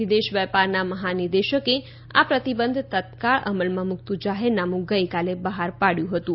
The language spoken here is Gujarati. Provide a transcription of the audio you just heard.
વિદેશ વેપરના મહાનિદેશકે આ પ્રતિબંધ તત્કાળ અમલમાં મૂકતું જાહેરનામું ગઈકાલે બહાર પાડ્યું હતું